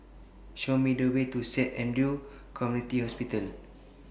Show Me The Way to Saint Andrew's Community Hospital